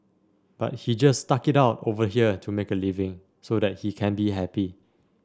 but he just stuck it out over here to make a living so that he can be happy